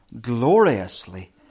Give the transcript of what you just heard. gloriously